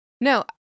no